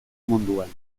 munduan